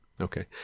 Okay